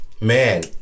man